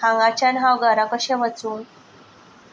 हांगाच्यान हांव घरा कशें वचून